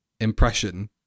impression